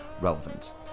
relevant